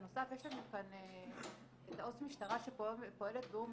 בנוסף יש לנו כאן את עו"ס משטרה שפועלת באום